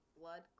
blood